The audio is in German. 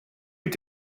mit